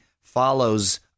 follows